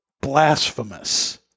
blasphemous